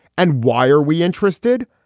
and why are we interested?